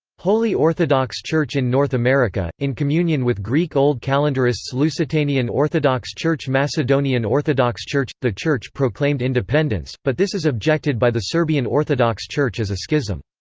holy orthodox church in north america, in communion with greek old calendarists lusitanian orthodox church macedonian orthodox church the church proclaimed independence, but this is objected by the serbian orthodox church as a schism.